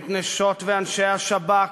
את נשות ואנשי השב"כ,